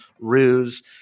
ruse